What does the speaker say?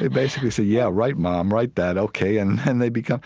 they basically say, yeah right, mom right, dad, ok, and then they become